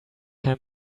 hand